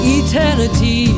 eternity